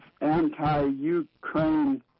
anti-Ukraine